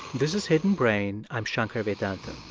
this is hidden brain. i'm shankar vedantam